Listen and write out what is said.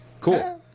Cool